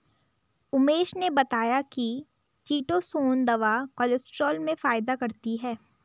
उमेश ने बताया कि चीटोसोंन दवा कोलेस्ट्रॉल में फायदा करती है